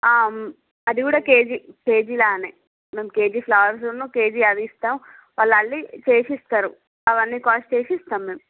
అది కూడా KG KG లాగానే కేజి ఫ్లవర్స్ ను కేజి అల్లిస్తాం వాళ్లు అల్లి చేసి ఇస్తారు అవ్వని కాస్ట్ చేసి ఇస్తాము మేము